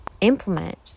implement